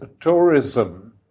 tourism